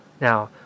Now